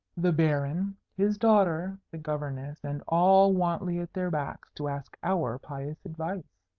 the baron, his daughter, the governess, and all wantley at their backs, to ask our pious advice,